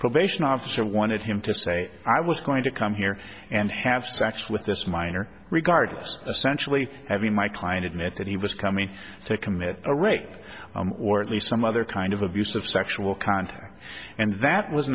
probation officer wanted him to say i was going to come here and have sex with this minor regardless sensually having my client admit that he was coming to commit a rape or at least some other kind of abusive sexual contact and that was